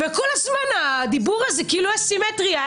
וכל הזמן הדיבור הזה כאילו יש סימטריה.